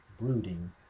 brooding